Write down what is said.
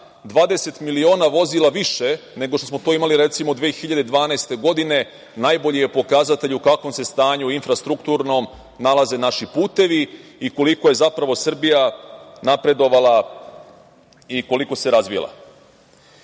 20 miliona vozila više nego što smo to imali recimo 2012. godine, najbolji je pokazatelj u kakvom se stanju infrastrukturnom nalaze naši putevi i koliko je zapravo Srbija napredovala i koliko se razvila. Isto